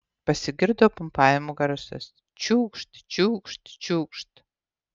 pasigirdo pumpavimo garsas čiūkšt čiūkšt čiūkšt